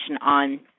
on